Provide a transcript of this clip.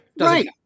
Right